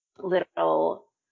little